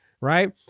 right